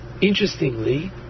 interestingly